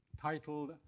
titled